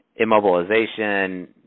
immobilization